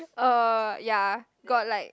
uh ya got like